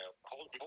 hold